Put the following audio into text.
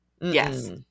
Yes